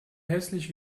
hässlich